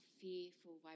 fearful